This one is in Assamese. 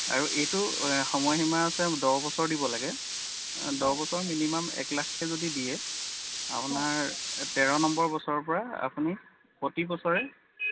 আৰু এইটো সময়সীমা আছে দহ বছৰ দিব লাগে দহ বছৰ মিনিমাম এক লাখকৈ যদি দিয়ে আপোনাৰ তেৰ নম্বৰ বছৰৰপৰা আপুনি প্ৰতি বছৰে